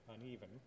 uneven